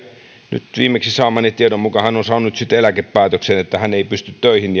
nyt viimeksi saamani tiedon mukaan hän on saanut sitten eläkepäätöksen että hän ei pysty töihin